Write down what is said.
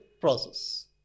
process